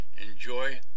Enjoy